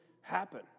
happen